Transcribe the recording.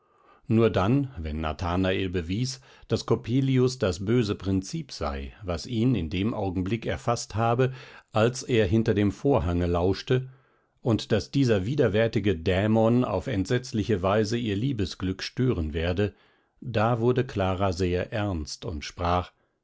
nur dann wenn nathanael bewies daß coppelius das böse prinzip sei was ihn in dem augenblick erfaßt habe als er hinter dem vorhange lauschte und daß dieser widerwärtige dämon auf entsetzliche weise ihr liebesglück stören werde da wurde clara sehr ernst und sprach